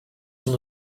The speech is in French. son